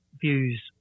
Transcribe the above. views